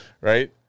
Right